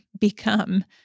become